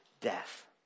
death